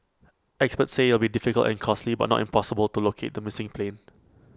experts say IT will be difficult and costly but not impossible to locate the missing plane